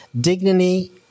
dignity